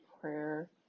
prayer